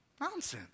Nonsense